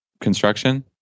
construction